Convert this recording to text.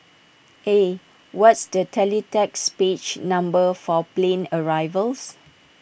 eh what's the teletext page number for plane arrivals